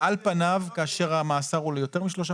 על פניו כאשר המאסר הוא ליותר משלושה